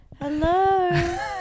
Hello